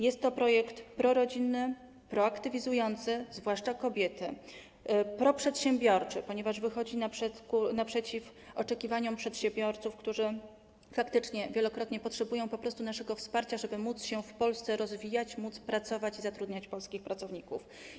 Jest to projekt prorodzinny, proaktywizujący, zwłaszcza kobiety, proprzedsiębiorczy, ponieważ wychodzi naprzeciw oczekiwaniom przedsiębiorców, którzy faktycznie wielokrotnie potrzebują naszego wsparcia, żeby móc się w Polsce rozwijać, móc pracować i zatrudniać polskich pracowników.